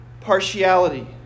partiality